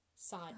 Side